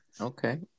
Okay